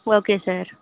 okay sir